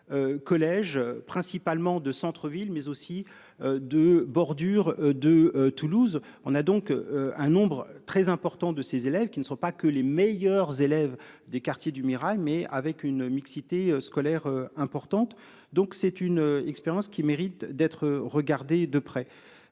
Collèges principalement de centre-ville mais aussi. De bordure de Toulouse on a donc un nombre. Très important de ses élèves qui ne sont pas que les meilleurs élèves des quartiers du Mirail, mais avec une mixité scolaire importante. Donc c'est une expérience qui mérite d'être regardé de près.